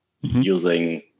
using